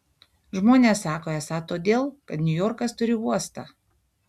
žmonės sako esą todėl kad niujorkas turi uostą